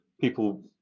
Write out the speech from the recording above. people